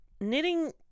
knitting